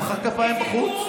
תמחא כפיים בחוץ.